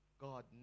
God